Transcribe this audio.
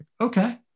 Okay